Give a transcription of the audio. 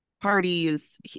parties